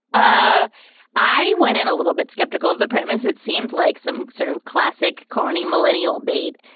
ah i went in a little bit skeptical of the premise it seemed like some sort of classic corny millennial bait.